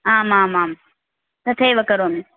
आमामाम् तथैव करोमि